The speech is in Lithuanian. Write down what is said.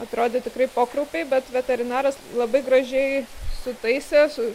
atrodė tikrai pokraupiai bet veterinaras labai gražiai sutaisė su